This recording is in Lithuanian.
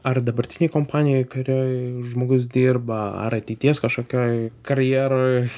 ar dabartinėj kompanijoj kurioj žmogus dirba ar ateities kažkokioj karjeroj